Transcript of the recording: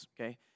okay